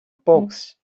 books